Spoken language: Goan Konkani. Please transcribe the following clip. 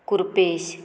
कृपेश